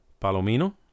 Palomino